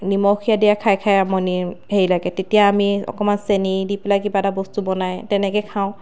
নিমখীয়া দিয়া খাই খাই আমনি হেৰি লাগে তেতিয়া আমি চেনি দি পেলাই বস্তু বনাই তেনেকৈ খাওঁ